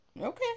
Okay